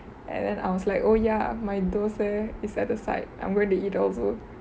and then I was like oh ya my thosai is at the side I'm gonna eat also